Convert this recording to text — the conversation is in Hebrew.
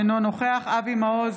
אינו נוכח אבי מעוז,